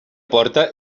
porta